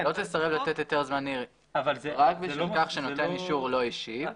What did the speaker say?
"לא תסרב לתת היתר זמני רק בשל כך שנותן אישור לא השיב.